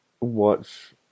watch